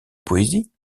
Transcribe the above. poésie